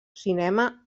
cinema